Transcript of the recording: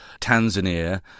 Tanzania